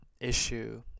issue